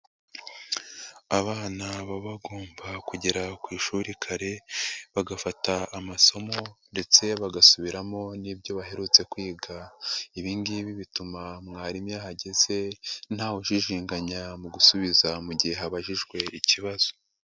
Abana baba bagomba kugera ku ishuri kare, bagafata amasomo ndetse bagasubiramo n'ibyo baherutse kwiga. Ibi ngibi bituma mwarimu iyo ahahageze ntawujijinganya mu gusubiza mu gihe ababajijwe ikibazo.